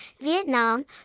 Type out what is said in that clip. Vietnam